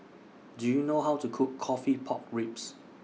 Do YOU know How to Cook Coffee Pork Ribs